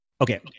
Okay